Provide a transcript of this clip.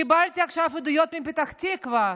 קיבלתי עכשיו עדויות מפתח תקווה.